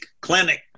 clinic